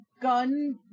Gun